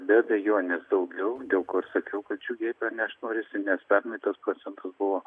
be abejonės daugiau dėl ko ir sakiau kad džiugiai pranešt norisi nes pernai tas procentas buvo